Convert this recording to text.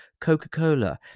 Coca-Cola